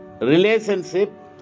relationship